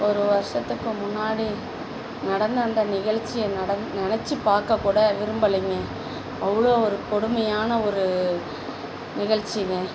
ஒரு வருஷத்துக்கு முன்னாடி நடந்து வந்த நிகழ்ச்சியை நட நினச்சிப் பார்க்க கூட விரும்பலைங்க அவ்வளோ ஒரு கொடுமையான ஒரு நிகழ்ச்சிங்கள்